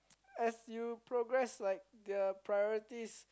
as you progress like the priorities